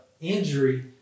injury